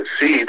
seed